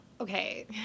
okay